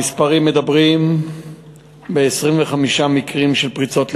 המספרים מדברים ב-25 מקרים של פריצות לדירה,